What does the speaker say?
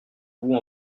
vous